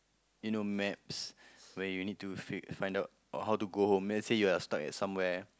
you know maps where you need to fig~ find out how to go home then let's say you are stuck at somewhere